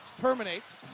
Terminates